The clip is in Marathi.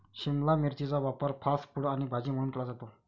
शिमला मिरचीचा वापर फास्ट फूड आणि भाजी म्हणून केला जातो